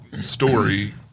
story